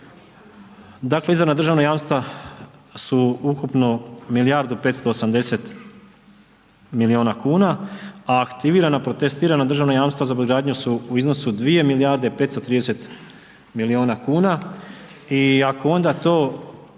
dakle izdana državna jamstva su ukupno milijardu 580 milijuna kuna, a aktivirana protestiranja državna jamstva za brodogradnju su u iznosu 2 milijarde 530 milijuna kuna. I ako onda to